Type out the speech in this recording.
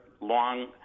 long